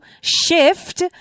shift